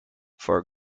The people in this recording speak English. for